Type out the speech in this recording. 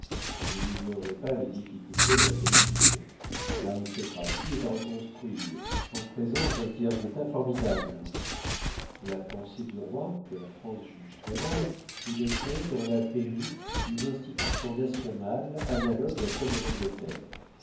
vous n'ignorez pas les difficultés de la politique l'aristocratie est à reconstruire en présence d'un tiers-état formidable la pensée du roi que la france juge très-mal est de créer dans la pairie une institution nationale analogue à celle de l'angleterre